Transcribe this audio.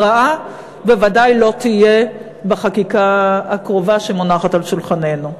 הרעה בוודאי לא תהיה בחקיקה הקרובה שמונחת על שולחננו.